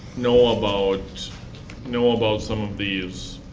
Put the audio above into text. know about know about some of these